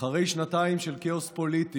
אחרי שנתיים של כאוס פוליטי,